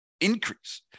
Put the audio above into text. increase